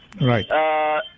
Right